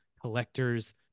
collector's